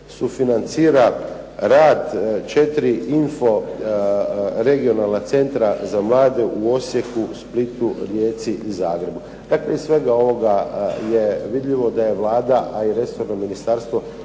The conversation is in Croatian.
sufinancira rad 4 info regionalna centra za mlade u Osijeku, Splitu, Rijeci i Zagrebu. Dakle, iz svega ovoga je vidljivo da je Vlada, a i resorno ministarstvo